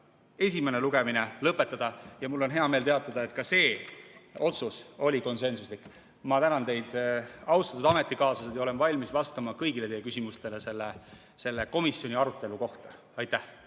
esimene lugemine lõpetada ja mul on hea meel teatada, et ka see otsus oli konsensuslik. Ma tänan teid, austatud ametikaaslased, ja olen valmis vastama kõigile teie küsimustele selle komisjoni arutelu kohta. Aitäh!